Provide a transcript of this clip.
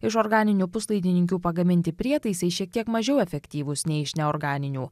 iš organinių puslaidininkių pagaminti prietaisai šiek tiek mažiau efektyvūs nei iš neorganinių